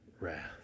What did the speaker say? wrath